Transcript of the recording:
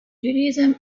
judaism